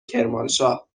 کرمانشاه